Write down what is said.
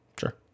sure